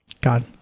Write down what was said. god